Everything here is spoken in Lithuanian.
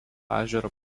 ežero